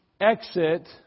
exit